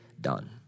done